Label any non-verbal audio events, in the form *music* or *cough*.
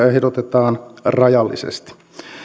*unintelligible* ehdotetaan rajallisesti